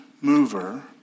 mover